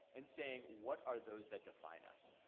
and saying, what are those that define us?